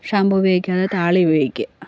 shampoo ഉപയോഗിക്കാതെ താളി ഉപയോഗിക്കുക